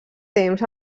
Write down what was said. temps